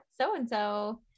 so-and-so